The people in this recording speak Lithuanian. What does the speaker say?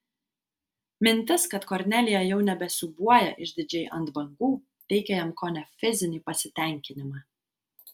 mintis kad kornelija jau nebesiūbuoja išdidžiai ant bangų teikė jam kone fizinį pasitenkinimą